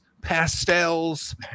pastels